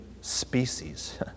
species